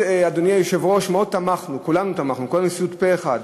כולנו בנשיאות תמכנו פה-אחד.